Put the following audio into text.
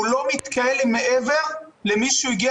הוא לא מתקהל עם מעבר למי שהוא הגיע